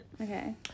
Okay